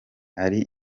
ari